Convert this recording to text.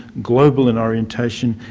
global in orientation,